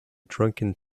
drunken